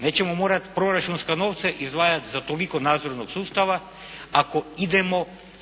Nećemo morati proračunske novce izdvajati za toliko nadzornog sustava ako idemo